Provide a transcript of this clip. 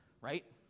right